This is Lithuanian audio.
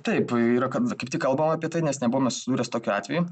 taip yra kad kaip tik kalbam apie tai nes nebuvome susidūrę su tokiu atveju